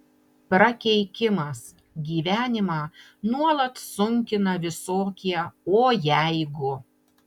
prakeikimas gyvenimą nuolat sunkina visokie o jeigu